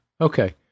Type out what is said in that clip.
Okay